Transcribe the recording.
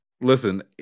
Listen